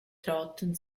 traten